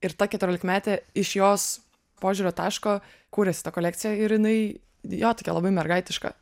ir ta keturiolikmetė iš jos požiūrio taško kūrėsi tą kolekciją ir jinai jo tokia labai mergaitiška